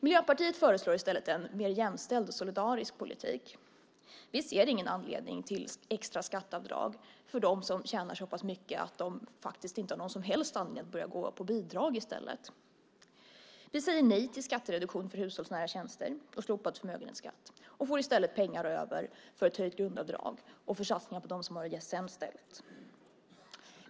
Miljöpartiet föreslår i stället en mer jämställd och solidarisk politik. Vi ser ingen anledning till extra skatteavdrag för dem som tjänar så pass mycket att de inte har någon som helst anledning att börja leva på bidrag i stället. Vi säger nej till skattereduktion för hushållsnära tjänster och slopad förmögenhetsskatt, och får i stället pengar över till ett höjt grundavdrag och satsningar på dem som har det sämst ställt.